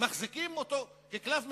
מחזיקים אותו כקלף מיקוח,